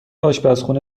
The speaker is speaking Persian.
آشپزخونه